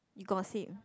you gossip